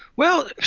well,